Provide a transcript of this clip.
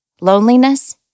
loneliness